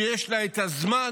שיש לה את הזמן,